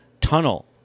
tunnel